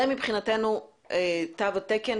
זה מבחינתנו תו תקן